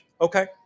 Okay